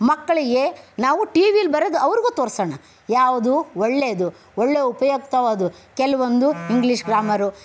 ಮಕ್ಳಿಗೆ ನಾವು ಟಿ ವಿಲಿ ಬರೋದು ಅವ್ರಿಗೂ ತೋರ್ಸೋಣ ಯಾವುದು ಒಳ್ಳೇದು ಒಳ್ಳೆ ಉಪಯುಕ್ತವಾದವು ಕೆಲವೊಂದು ಇಂಗ್ಲೀಷ್ ಗ್ರಾಮರು